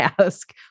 ask